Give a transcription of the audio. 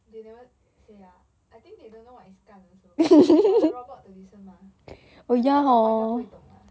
they never say ah I think they don't know what is gan also is for the robot to listen mah then 那个 robot 应该不会懂 ah